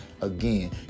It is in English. again